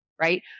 right